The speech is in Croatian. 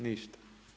Niste.